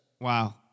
Wow